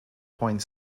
point